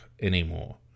anymore